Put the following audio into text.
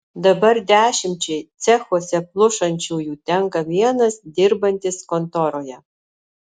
dabar dešimčiai cechuose plušančiųjų tenka vienas dirbantis kontoroje